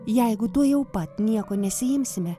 jeigu tuojau pat nieko nesiimsime